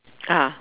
(uh huh)